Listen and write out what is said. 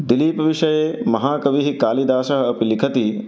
दिलीपविषये महाकविः कालिदासः अपि लिखति